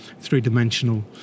three-dimensional